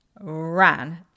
ran